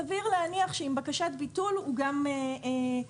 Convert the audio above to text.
סביר להניח שעם בקשת ביטול הוא גם יבוטל.